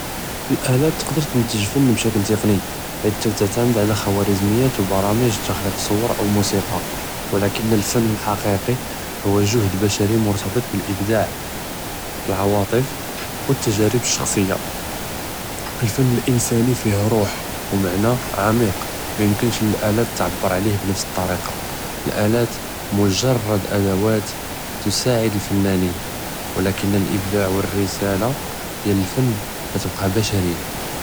האאלה תְקְדַר תִנְתִג פַן בִּשֶכְּל תַקְּנִי, חִית תְעְתַאמֶד עַלַא כֻּוַרְזִמִיַאת וּבְּרַאמִג תִחְלַק צוּאַר אָו מוּסִיקַא, וַלַכִּן אֶלְפַן אֶלְחַקִיקִי הוּוַא גֻהְד בַּשַרִי מֻרְתַבֶּט בִּאלְאִבְּדַאע, אלְעַוַאטֶף, וּאלְתַגַ'ארִב אלשַּחְסִיַּה, אֶלְפַן אֶלְאִנְסַאנִי פִיה רוּח וּמַעְנַא עַמִיק מַא יְמְכִּנְש לִאלְאַאלַאת תְעַבֶּר עַלִיה בִּנַפְס אֶלְטַרִיקַה, אלְאַאלַאת מֻגַ'רַד אַדַאוַאת תְסַאעֶד אֶלְפַנַאנִין, וּלַכִּן אֶלְאִבְּדַאע וּאלְרִסַאלַה דִיָאל אֶלְפַן כִּתְבְּקַא בַּשַרִיַּה.